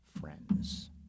friends